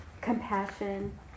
Compassion